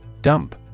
Dump